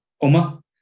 OMA